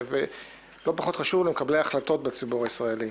ולא פחות חשוב למקבלי ההחלטות בציבור הישראלי.